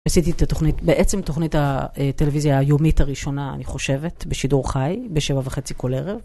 עשיתי את התוכנית, בעצם תוכנית הטלוויזיה היומית הראשונה, אני חושבת, בשידור חי, בשבע וחצי כל ערב.